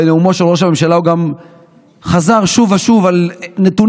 בנאומו של ראש הממשלה הוא גם חזר שוב ושוב על נתונים